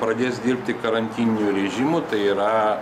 pradės dirbti karantininiu režimu tai yra